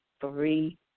three